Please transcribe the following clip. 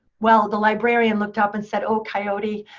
well, the librarian looked up and said, oh, coyote,